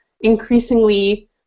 increasingly